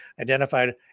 identified